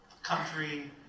country